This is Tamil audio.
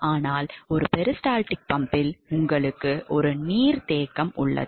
ஆனால் ஒரு பெரிஸ்டால்டிக் பம்பில் உங்களுக்கு ஒரு நீர்த்தேக்கம் உள்ளது